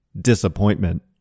disappointment